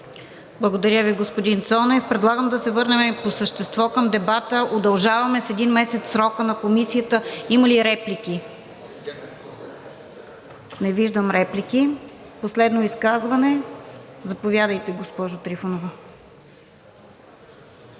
Благодаря Ви, господин Цонев. Предлагам да се върнем по същество към дебата – удължаваме с един месец срока на Комисията. Има ли реплики? Не виждам. Последно изказване – заповядайте, госпожо Трифонова.